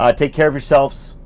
ah take care of yourselves.